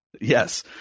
Yes